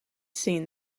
seen